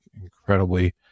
incredibly